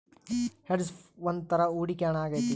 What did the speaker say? hedge ಒಂದ್ ತರ ಹೂಡಿಕೆ ಹಣ ಆಗೈತಿ